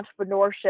entrepreneurship